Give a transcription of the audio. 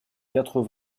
quatre